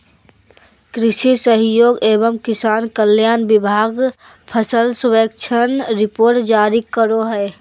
कृषि सहयोग एवं किसान कल्याण विभाग फसल सर्वेक्षण रिपोर्ट जारी करो हय